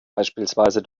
beispielsweise